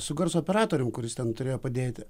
su garso operatorium kuris ten turėjo padėti